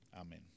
amen